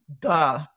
duh